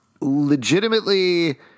Legitimately